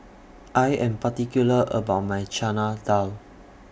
I Am particular about My Chana Dal